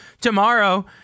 tomorrow